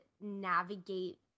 navigate